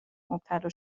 مبتلا